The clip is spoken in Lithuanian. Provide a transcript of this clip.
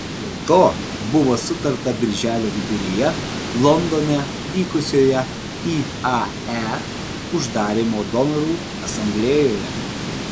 dėl to buvo sutarta birželio viduryje londone vykusioje iae uždarymo donorų asamblėjoje